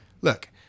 look